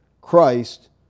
Christ